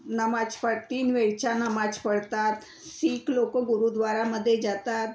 नमाज पढ तीन वेळच्या नमाज पढतात सीख लोक गुरुद्वारामध्ये जातात